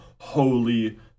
Holy